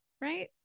right